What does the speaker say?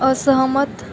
असहमत